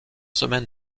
semaines